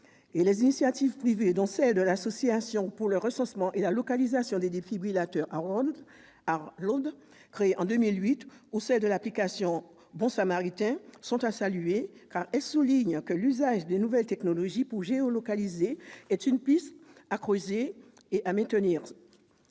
Les initiatives privées, comme celle de l'Association pour le recensement et la localisation des défibrillateurs, l'ARLoD, créée en 2008, ou celle de l'application « Bon Samaritain », sont à saluer. Elles soulignent que l'usage des nouvelles technologies pour géolocaliser est une piste à creuser, afin